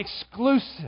exclusive